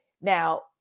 Now